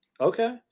okay